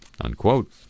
unquote